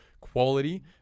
quality